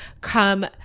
come